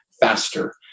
faster